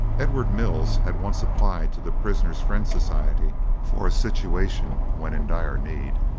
edward mills had once applied to the prisoner's friend society for a situation, when in dire need,